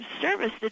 service